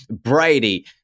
Brady